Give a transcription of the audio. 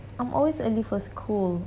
I'm always early for school